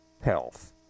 health